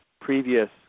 previous